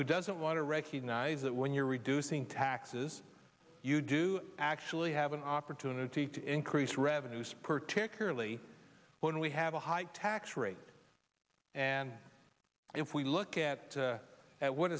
who doesn't want to recognize that when you're reducing taxes you do actually have an opportunity to increase revenues particularly when we have a high tax rate and if we look at what ha